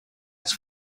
its